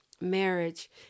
marriage